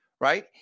right